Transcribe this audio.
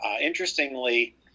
Interestingly